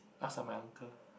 ask my uncle